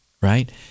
right